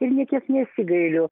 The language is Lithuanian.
ir nė kiek nesigailiu